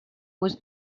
was